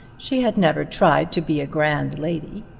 she had never tried to be a grand lady.